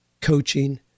coaching